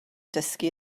dysgu